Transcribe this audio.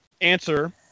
answer